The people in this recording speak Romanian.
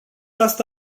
asta